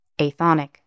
Athonic